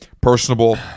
personable